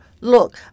Look